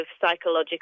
psychological